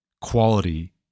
quality